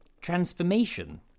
transformation